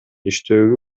иштөөгө